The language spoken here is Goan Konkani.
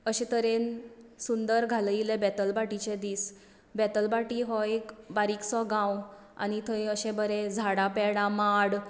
अशे तरेन सुंदर घालयिल्लें बेतलबाटिचे दीस बेतलबाटी हो एक बारीकसो गांव आनी थंय अशे बरे झाडां पेडां माड